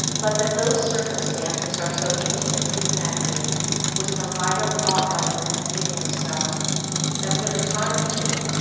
but that those circumstances are so intimately connected with some vital thought-element within himself that, for the time being,